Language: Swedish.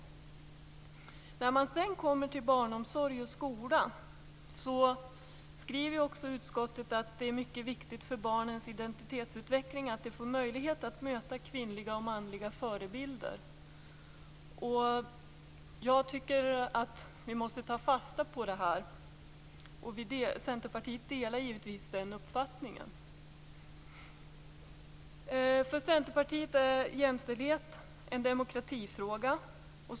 När man sedan kommer till barnomsorg och skola skriver utskottet att det är mycket viktigt för barnens identitetsutveckling att de får möjlighet att möta kvinnliga och manliga förebilder. Jag tycker att vi måste ta fasta på det. Centerpartiet delar givetvis den uppfattningen. För Centerpartiet är jämställdhet en demokratifråga.